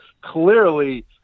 clearly –